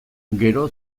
gero